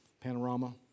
panorama